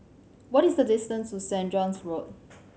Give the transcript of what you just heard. what is the distance to Saint John's Road